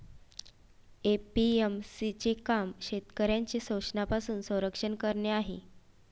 APMC चे काम शेतकऱ्यांचे शोषणापासून संरक्षण करणे आहे